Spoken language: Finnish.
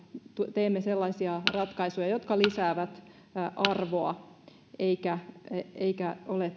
teemme sellaisia ratkaisuja jotka lisäävät arvoa eivätkä ole